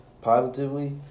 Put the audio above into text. positively